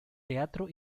teatro